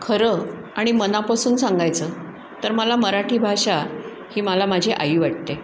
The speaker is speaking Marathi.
खरं आणि मनापासून सांगायचं तर मला मराठी भाषा ही मला माझी आई वाटते